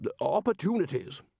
opportunities